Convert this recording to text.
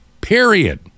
period